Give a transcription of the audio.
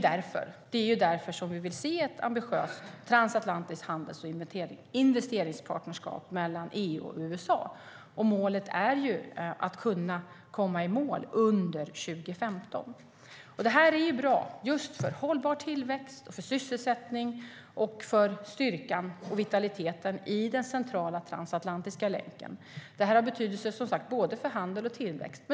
Därför vill vi se ett ambitiöst transatlantiskt handels och investeringspartnerskap mellan EU och USA. Ambitionen är att komma i mål under 2015.Det är bra för hållbar tillväxt, sysselsättning och för styrka och vitalitet i den centrala transatlantiska länken. Det har som sagt betydelse för både handel och tillväxt.